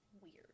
weird